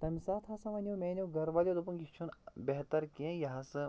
تَمہِ ساتہٕ ہسا وَنٮ۪و میٛانٮ۪و گَرٕوالو دوٚپُن یہِ چھُنہٕ بہتر کیٚنٛہہ یہِ ہسا